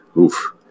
oof